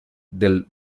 del